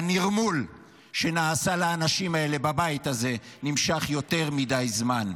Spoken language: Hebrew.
והנרמול שנעשה לאנשים האלה בבית הזה נמשך יותר מדי זמן.